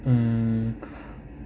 um